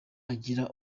agira